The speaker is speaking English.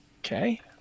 Okay